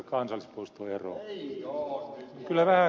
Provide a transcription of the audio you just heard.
kyllä vähän kuulostaa siltä